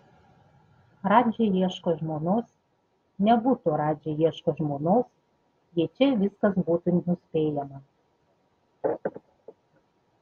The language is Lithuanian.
radži ieško žmonos nebūtų radži ieško žmonos jei čia viskas būtų nuspėjama